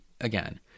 Again